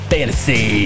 Fantasy